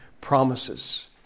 promises